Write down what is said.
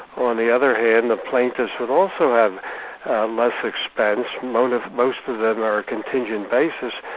on the other hand, the plaintiffs would also have less expense, most of most of them are a contingent basis,